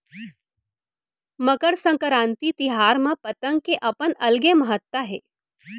मकर संकरांति तिहार म पतंग के अपन अलगे महत्ता हे